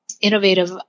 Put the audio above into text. innovative